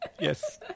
Yes